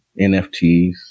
NFTs